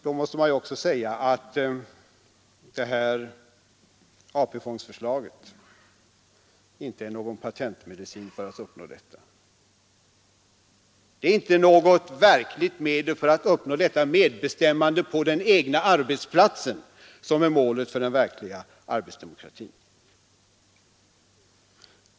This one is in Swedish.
AP-fondsförslaget är sannerligen inte någon patentmedicin för att uppnå detta mål. Det är inte något verkligt medel för att uppnå medbestämmande på den egna arbetsplatsen, vilket är målet för den verkliga arbetsdemokratin.